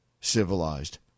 civilized